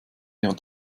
wir